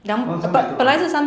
oh 三百多 ha